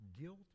guilt